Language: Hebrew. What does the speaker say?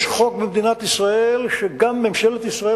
יש חוק במדינת ישראל שגם ממשלת ישראל,